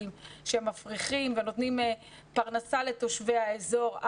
שמפריחים ונותנים פרנסה לתושבי האזור.